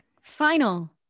final